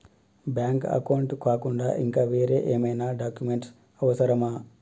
Bank account కాకుండా ఇంకా వేరే ఏమైనా డాక్యుమెంట్స్ అవసరమా?